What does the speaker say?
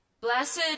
Blessed